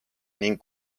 ning